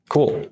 Cool